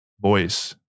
voice